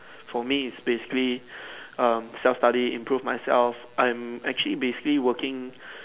for me it's basically um self study improve myself I'm actually basically working